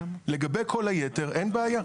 לגבי כל היתר, אין בעיה.